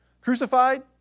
Crucified